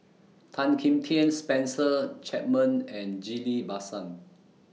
Tan Kim Tian Spencer Chapman and Ghillie BaSan